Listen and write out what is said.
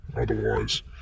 otherwise